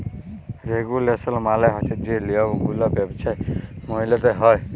regulation মালে হছে যে লিয়মগুলা ব্যবছায় মাইলতে হ্যয়